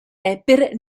rapper